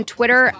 Twitter